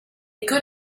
good